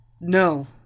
No